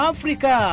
Africa